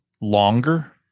longer